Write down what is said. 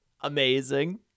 Amazing